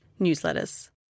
newsletters